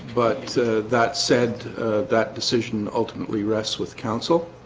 but that said that decision ultimately rests with council